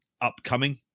upcoming